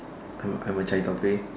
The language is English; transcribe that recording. I'm a I'm a Chai-Tow-Kway